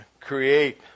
create